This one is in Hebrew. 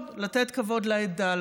לתת כבוד לעדה,